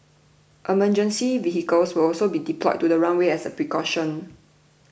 emergency vehicles will also be deployed to the runway as a precaution